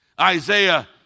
Isaiah